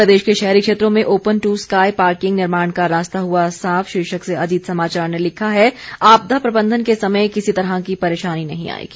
प्रदेश के शहरी क्षेत्रों में ओपन टू स्काई पार्किंग निर्माण का रास्ता हुआ साफ शीर्षक से अजीत समाचार ने लिखा है आपदा प्रबंधन के समय किसी तरह की परेशानी नहीं आयेगी